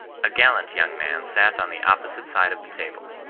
a gallant young man sat on the opposite side of the table,